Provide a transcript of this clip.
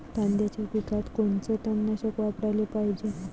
कांद्याच्या पिकात कोनचं तननाशक वापराले पायजे?